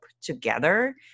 together